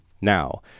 now